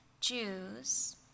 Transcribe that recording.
Jews